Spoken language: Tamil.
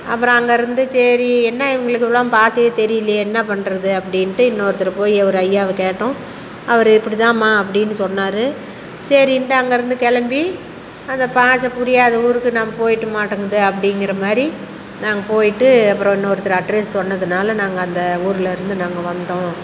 அப்புறம் அங்கேருந்து சரி என்ன இவங்களுக்கெல்லாம் பாஷையே தெரியலயே என்ன பண்ணுறது அப்படின்ட்டு இன்னொருத்தர் போய் ஒரு ஐயாவை கேட்டோம் அவர் இப்படிதாம்மா அப்படின்னு சொன்னார் சரின்ட்டு அங்கேருந்து கிளம்பி அந்த பாஷ புரியாத ஊருக்கு நம்ம போயிவிட்டு மாட்டங்குது அப்படிங்கிறமாரி நாங்கள் போயிவிட்டு அப்புறம் இன்னொருத்தர் அட்ரஸ் சொன்னதுனால நாங்கள் அந்த ஊரில் இருந்து நாங்கள் வந்தோம்